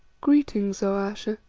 greetings, o ayesha.